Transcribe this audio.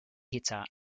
hitter